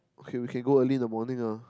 okay we can go early the morning ah